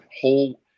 whole